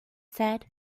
said